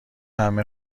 همه